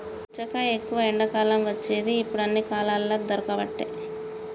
పుచ్చకాయ ఎక్కువ ఎండాకాలం వచ్చేది ఇప్పుడు అన్ని కాలాలల్ల దొరుకబట్టె